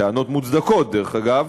טענות מוצדקות, דרך אגב,